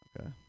Okay